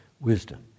Wisdom